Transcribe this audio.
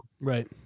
Right